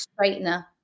straightener